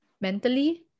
mentally